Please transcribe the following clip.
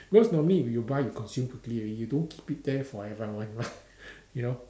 because normally if you buy you consume quickly already you don't keep it there forever you know